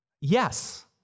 Yes